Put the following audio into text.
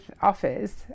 offers